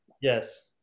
Yes